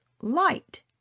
light